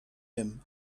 him